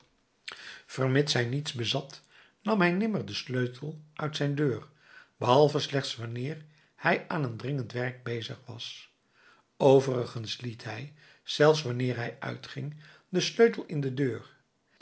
vermits hij niets bezat nam hij nimmer den sleutel uit zijn deur behalve slechts wanneer hij aan een dringend werk bezig was overigens liet hij zelfs wanneer hij uitging den sleutel in de deur